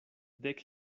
dek